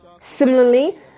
Similarly